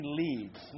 leads